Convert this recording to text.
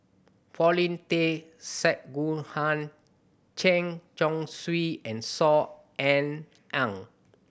Paulin Tay Straughan Chen Chong Swee and Saw Ean Ang